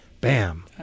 bam